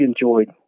enjoyed